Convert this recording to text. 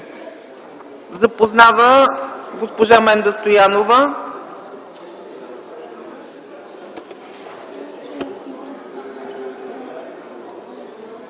запознае госпожа Менда Стоянова.